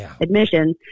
admission